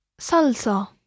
Salsa